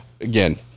Again